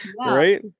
right